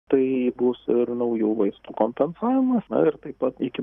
tai bus ir naujų vaistų kompensavimas na ir taip pat iki